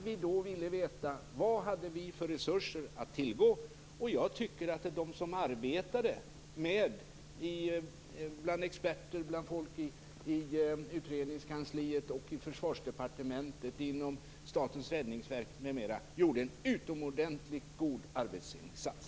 Vi ville då veta vad vi hade för resurser att tillgå, och jag tycker att de experter i utredningskansliet, på Försvarsdepartementet och inom Statens räddningsverk som arbetade med detta gjorde en utomordentligt god arbetsinsats.